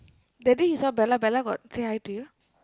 that day you see Bella bella got say hi to you